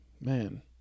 Man